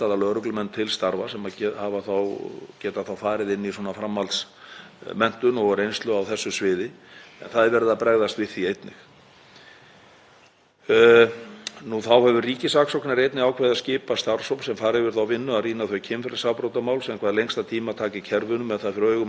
Þá hefur ríkissaksóknari einnig ákveðið að skipa starfshóp sem fari í þá vinnu að rýna þau kynferðisafbrotamál sem hvað lengstan tíma taka í kerfinu með það fyrir augum að skoða hvaða atriði helst tefja meðferð málanna svo unnt sé að bæta verklag og stytta málsmeðferðartímann. Sá hópur mun skila núna fyrir 1. júní einnig.